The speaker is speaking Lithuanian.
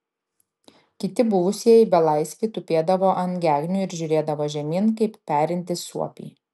kiti buvusieji belaisviai tupėdavo ant gegnių ir žiūrėdavo žemyn kaip perintys suopiai